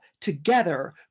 together